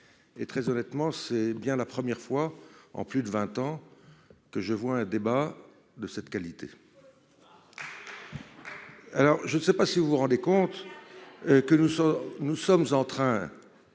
Et très honnêtement, c'est bien la première fois en plus de 20 ans. Que je vois un débat de cette qualité. Alors je ne sais pas si vous vous rendez compte. Que nous sommes, nous